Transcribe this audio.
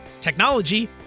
technology